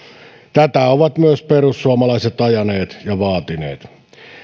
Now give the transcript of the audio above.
tätä ovat myös perussuomalaiset ajaneet ja vaatineet